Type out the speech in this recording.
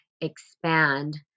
expand